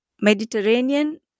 Mediterranean